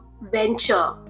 venture